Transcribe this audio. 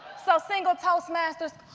so single toastmasters